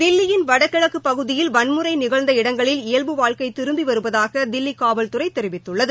தில்லியின் வடகிழக்குப் பகுதியில் வன்முறை நிகழ்ந்த இடங்களில் இயல்பு வாழ்க்கை திரும்பி வருவதாக தில்லி காவல்துறை தெரிவித்துள்ளது